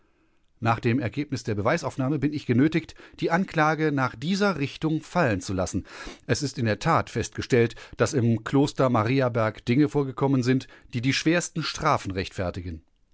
nach dem ergebnis der beweisaufnahme bin ich genötigt die anklage nach dieser richtung fallen zu lassen es ist in der tat festgestellt daß im kloster mariaberg dinge vorgekommen sind die die schwersten strafen rechtfertigen